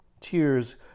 Tears